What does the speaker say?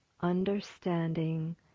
Understanding